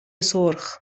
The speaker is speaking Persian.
سرخ